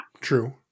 True